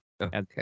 Okay